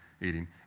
eating